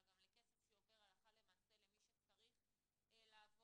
גם לכסף שעובר הלכה למעשה למי שצריך לעבור,